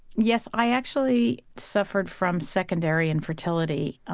yes, i actually suffered from secondary infertility.